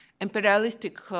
Imperialistic